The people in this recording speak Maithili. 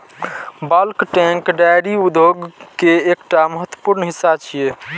बल्क टैंक डेयरी उद्योग के एकटा महत्वपूर्ण हिस्सा छियै